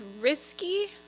risky